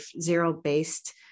zero-based